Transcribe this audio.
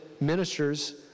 ministers